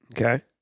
Okay